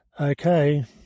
Okay